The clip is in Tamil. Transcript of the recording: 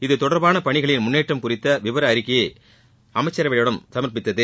இது தொடர்பான பணிகளின் முன்னேற்றம் குறித்த விவர அறிக்கையை மத்தியஅமைச்சரவையிடம் சமர்ப்பித்தது